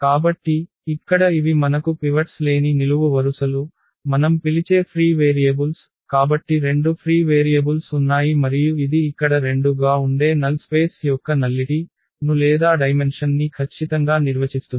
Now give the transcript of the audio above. కాబట్టి ఇక్కడ ఇవి మనకు పివట్స్ లేని నిలువు వరుసలు మనం పిలిచే ఫ్రీ వేరియబుల్స్ కాబట్టి రెండు ఫ్రీ వేరియబుల్స్ ఉన్నాయి మరియు ఇది ఇక్కడ 2 గా ఉండే నల్ స్పేస్ యొక్క నల్లిటి ను లేదా డైమెన్షన్ ని ఖచ్చితంగా నిర్వచిస్తుంది